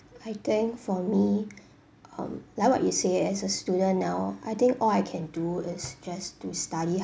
I think for me um like what you say as a student now I think all I can do is just to study